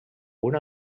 una